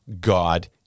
God